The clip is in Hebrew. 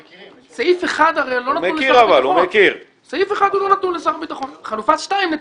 סעיף 1 הרי לא נתון לשר הביטחון, חלופה 2 נתונה.